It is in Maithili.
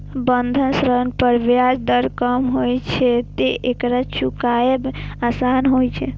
बंधक ऋण पर ब्याज दर कम होइ छैं, तें एकरा चुकायब आसान होइ छै